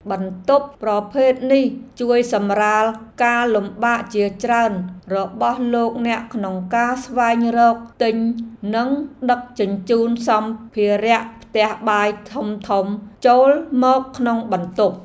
បន្ទប់ប្រភេទនេះជួយសម្រាលការលំបាកជាច្រើនរបស់លោកអ្នកក្នុងការស្វែងរកទិញនិងដឹកជញ្ជូនសម្ភារៈផ្ទះបាយធំៗចូលមកក្នុងបន្ទប់។